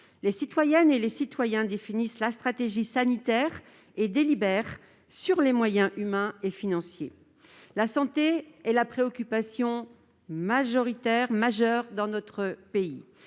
les citoyennes et les citoyens définissent la stratégie sanitaire et délibèrent sur ses moyens humains et financiers. La santé est la préoccupation majeure dans notre pays.